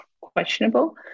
questionable